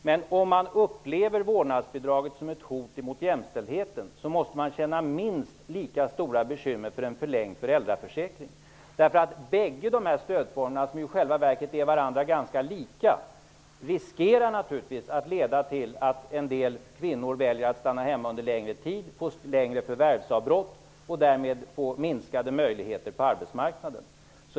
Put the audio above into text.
Men om man upplever vårdnadsbidraget som ett hot mot jämställdheten, måste man känna sig minst lika bekymrad inför en förlängd föräldraförsäkrning. Båda dessa stödformer, som i själva verket är varandra ganska lika, riskerar naturligtvis att leda till att en del kvinnor väljer att stanna hemma under längre tid, få längre förvärvsavbrott och därmed minskade möjligheter på arbetsmarknaden.